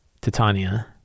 Titania